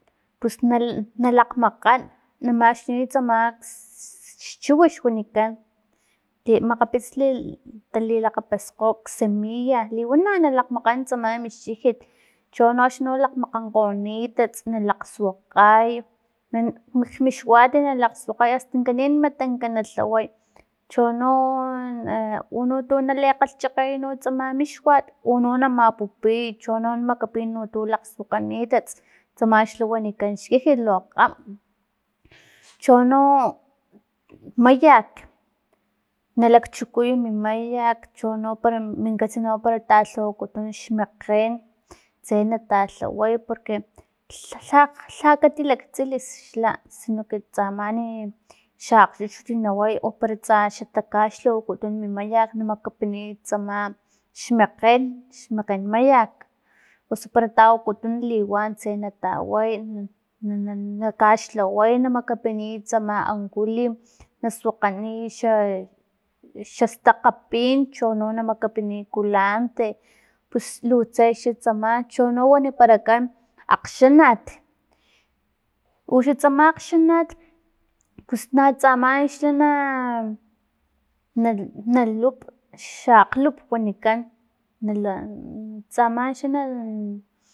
Pus nalakgmakgan, na maxtuniy tsama xchiwix wanikan i makgapits talilakgapaskgo xsemilla liwana na mak- makgan tsama xkijit chono axni na makgankgonitsats na suakgay nak mixuat na lakgsuakgay astan kanin matankana lhaway chono untuno na lilakgchakgey uno tsama mi xuat uno na mapupiy chono na makapin tuno lakgsuakganitats ama xa wanikan xkijit lu kgama chono mayak, na lakchukuy mi mayak chono para min kats para talhawakutun xmakgen tse na talhaway porque lha- lha- lh katilaktsilixa sino que tsamani xa akgchuchut naway o para tsa xa takaxlhaw wokutunu mi mayak na makapiniy tsama xmekgen xmekgen mayak osu para tawakutun liwan tse nataway na na kaxlhaway na makapiniy tsama ankulim na suakganiy xa xastakga pin chono na makapiniy kulante pus lu tse tsama chono waniparakan akgxanat uxan tsama akgxanat pustsa tsamani xa na na- nalup xa akglup wanikan na la tsamani xa na